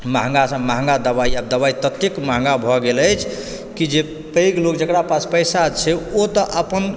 महँगासँ महँगा दबाइ आब दबाइ तते महँगा भऽ गेल अछि कि जे पैघ लोक जकरा पास पैसा छै ओ तऽ अपन